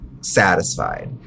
satisfied